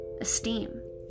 Esteem